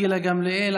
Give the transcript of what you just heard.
גילה גמליאל,